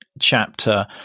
chapter